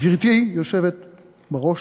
גברתי היושבת-ראש,